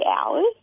hours